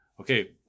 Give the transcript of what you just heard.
okay